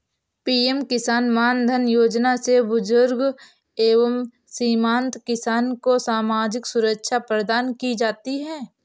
PM Kisan Maandhan Yojana से बुजुर्ग एवं सीमांत किसान को सामाजिक सुरक्षा प्रदान की जाती है